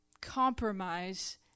compromise